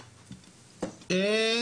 לא,